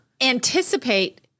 anticipate